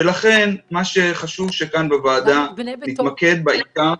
ולכן, מה שחשוב שכאן בוועדה נתמקד בעיקר.